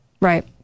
Right